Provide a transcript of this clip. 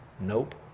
nope